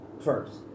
first